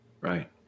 Right